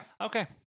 Okay